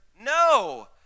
no